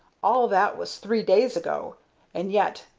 all that was three days ago and yet,